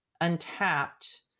untapped